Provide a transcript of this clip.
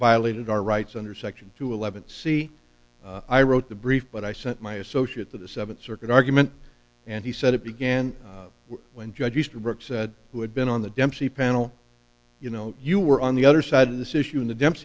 violated our rights under section two eleven see i wrote the brief but i sent my associate to the seventh circuit argument and he said it began when judge easterbrook said who had been on the dempsey panel you know you were on the other side of this issue in the demps